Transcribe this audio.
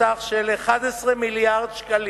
בסך 11 מיליארד ש"ח,